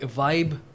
vibe